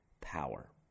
power